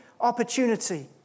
opportunity